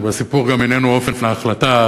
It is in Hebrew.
והסיפור גם איננו אופן ההחלטה,